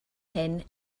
hyn